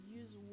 use